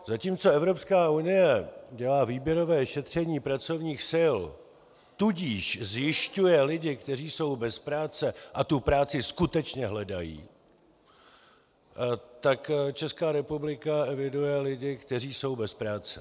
Zatímco Evropská unie dělá výběrové šetření pracovních sil, tudíž zjišťuje lidi, kteří jsou bez práce a tu práci skutečně hledají, tak Česká republika eviduje lidi, kteří jsou bez práce.